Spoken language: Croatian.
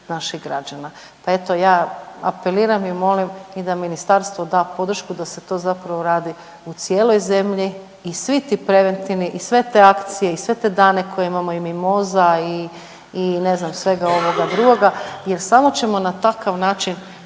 naših građana, pa eto ja apeliram i molim i da ministarstvo da podršku da se to zapravo radi u cijeloj zemlji i svi ti preventivni i sve te akcije i sve te dane koje imamo i mimoza i, i ne znam svega ovoga drugoga jer samo ćemo na takav način